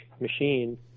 machine